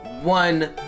one